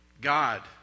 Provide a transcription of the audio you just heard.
God